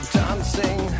dancing